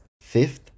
fifth